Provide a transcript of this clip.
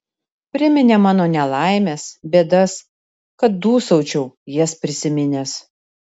priminė mano nelaimes bėdas kad dūsaučiau jas prisiminęs